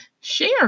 share